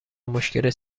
مشکل